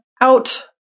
out